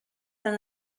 than